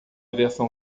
versão